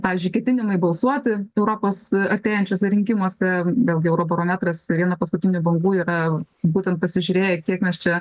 pavyzdžiui ketinimai balsuoti europos artėjančiuose rinkimuose vėlgi eurobarometras viena paskutinių bangų yra būtent pasižiūrėję kiek mes čia